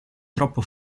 troppo